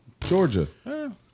Georgia